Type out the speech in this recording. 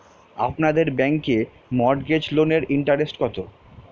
আপনাদের ব্যাংকে মর্টগেজ লোনের ইন্টারেস্ট কত?